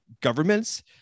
governments